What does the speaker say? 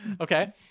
okay